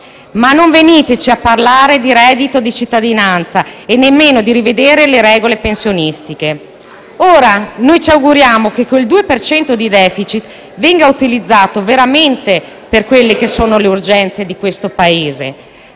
Ma non venite a parlarci di reddito di cittadinanza e nemmeno di rivedere le regole pensionistiche. Ora noi ci auguriamo che quel 2 per cento di *deficit* venga utilizzato veramente per le urgenze di questo Paese.